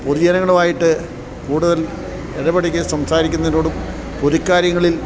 പൊതു ജനങ്ങളുമായിട്ട് കൂടുതൽ ഇടപഴകി സംസാരിക്കുന്നതിനോടും പൊതു കാര്യങ്ങളിൽ